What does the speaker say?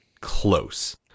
close